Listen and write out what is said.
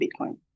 Bitcoin